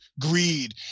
greed